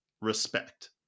respect